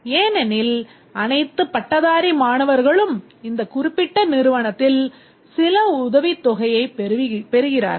ஏனெனில் அனைத்து பட்டதாரி மாணவர்களும் இந்த குறிப்பிட்ட நிறுவனத்தில் சில உதவித்தொகையைப் பெறுகிறார்கள்